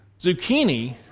Zucchini